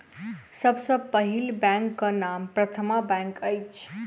सभ सॅ पहिल बैंकक नाम प्रथमा बैंक अछि